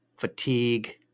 fatigue